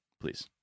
Please